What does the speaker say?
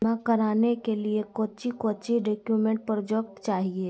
बीमा कराने के लिए कोच्चि कोच्चि डॉक्यूमेंट प्रोजेक्ट चाहिए?